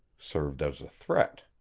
served as a threat.